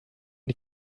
die